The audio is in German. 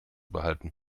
behalten